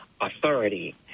authority